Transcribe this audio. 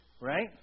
Right